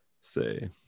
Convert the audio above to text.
say